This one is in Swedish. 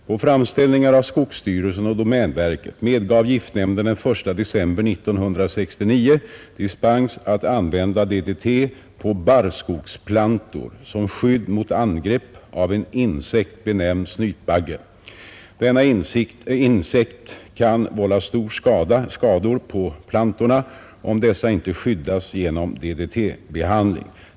På framställningar av skogsstyrelsen och domänverket medgav giftnämnden den 1 december 1969 dispens att använda DDT på barrskogsplantor som skydd mot angrepp av en insekt benämnd snytbagge. Denna insekt kan vålla stora skador på plantorna, om dessa inte skyddas genom DDT-behandling.